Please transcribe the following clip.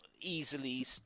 easily